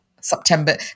September